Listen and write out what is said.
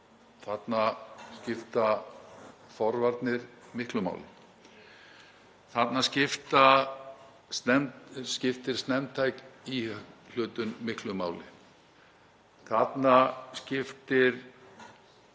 Þarna skipta forvarnir miklu máli. Þarna skiptir snemmtæk íhlutun miklu máli. Þarna skiptir